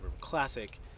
classic